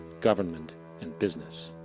government and business.